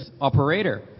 operator